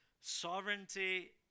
sovereignty